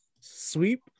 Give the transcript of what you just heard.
Sweep